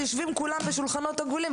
כולם יושבים בשולחנות עגולים,